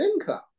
income